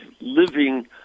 living